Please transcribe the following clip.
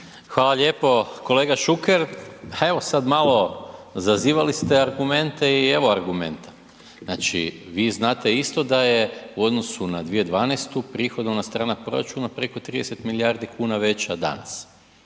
Hvala lijepo. Kolega Šuker, pa evo sad malo, zazivali ste argumente i evo argumenta, znači vi znate isto da je u odnosu na 2012., prihodovna strana proračuna preko 30 milijardi kuna veća danas